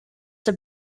have